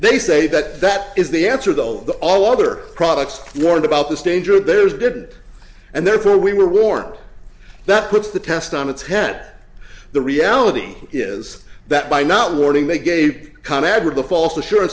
they say that that is the answer though the all other products warned about this danger of theirs did and therefore we were warned that puts the test on its head the reality is that by not warning they gave con agra the fal